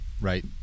right